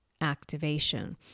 activation